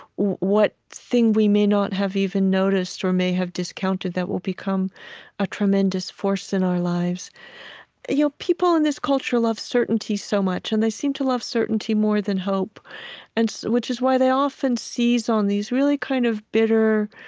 what thing we may not have even noticed or may have discounted that will become a tremendous force in our lives you know people in this culture love certainty so much. and they seem to love certainty more than hope and which is why they often seize on these really kind of bitter,